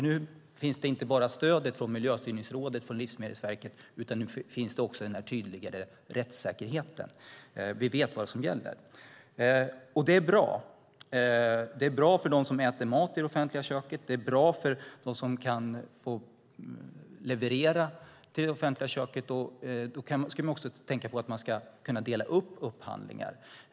Nu finns inte bara stödet från Miljöstyrningsrådet och Livsmedelsverket, utan nu finns också denna tydligare rättssäkerhet. Vi vet vad som gäller. Det är bra. Det är bra för dem som äter maten i det offentliga köket. Det är bra för dem som levererar till det offentliga köket. Man ska också tänka på att man kan dela upp upphandlingar.